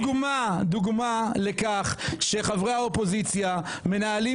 דוגמה לכך שחברי האופוזיציה מנהלים